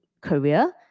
career